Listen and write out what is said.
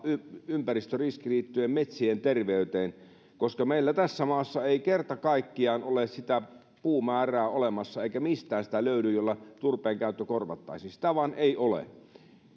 ympäristöriski liittyen metsien terveyteen koska meillä tässä maassa ei kerta kaikkiaan ole sitä puumäärää olemassa eikä mistään sitä löydy jolla turpeen käyttö korvattaisiin sitä ei vain ole se on